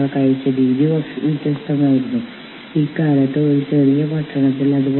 നിങ്ങൾക്ക് ഒരു താത്കാലിക തൊഴിലാളി യൂണിയൻ പ്രസിഡന്റായി വരുന്നത് ശരിയായി തോന്നാം